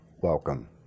welcome